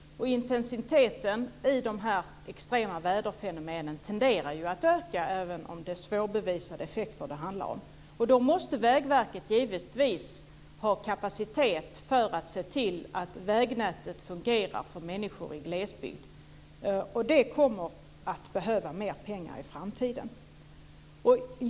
Intensiteten i dessa extrema väderfenomen tenderar att öka, även om det är svårbevisade effekter det handlar om. Då måste Vägverket givetvis ha kapacitet för att se till att vägnätet fungerar för människor i glesbygd. Därför kommer man att behöva mer pengar i framtiden.